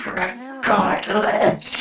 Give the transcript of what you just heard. regardless